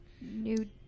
new